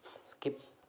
skip